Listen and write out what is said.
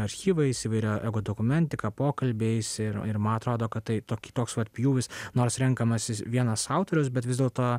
archyvais įvairia egodokumentika pokalbiais ir ir man atrodo kad tai tokie toks vat pjūvis nors renkamasis vienas autorius bet vis dėlto